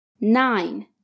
nine